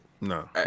No